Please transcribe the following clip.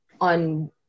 on